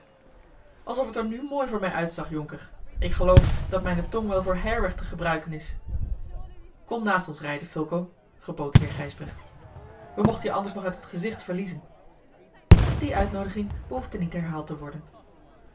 alsof het er nu mooi voor mij uitzag jonker k geloof dat mijne tong wel voor heirweg te gebruiken is kom naast ons rijden fulco gebood heer gijsbrecht we mochten je anders nog uit het gezicht verliezen die uitnoodiging behoefde niet herhaald te worden